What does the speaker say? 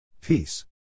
Peace